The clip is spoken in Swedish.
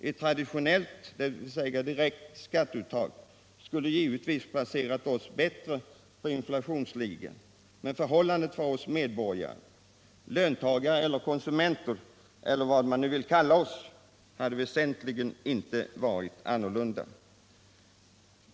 Ett traditionellt, dvs. direkt skatteuttag skulle givetvis ha placerat oss bättre i inflationsligan. Men förhållandet för oss som medborgare, löntagare eller konsumenter — eller vad man nu vill kalla oss — hade därigenom inte blivit väsentligen annorlunda.